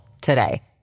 today